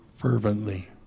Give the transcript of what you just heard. fervently